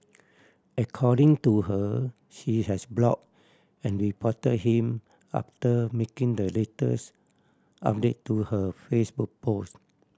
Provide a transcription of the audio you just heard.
according to her she has block and report him after making the latest update to her Facebook post